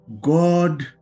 god